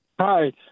Hi